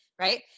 right